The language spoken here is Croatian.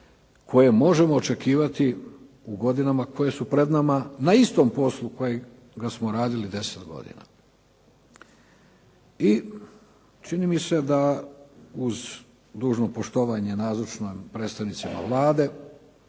koje možemo očekivati u godinama koje su pred nama na istom poslu kojega smo radili 10 godina. I čini mi se da uz dužno poštovanje nazočnim predstavnicima Vlade,